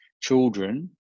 children